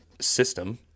system